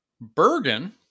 Bergen